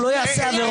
הוא לא יעשה עבירות,